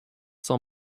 saw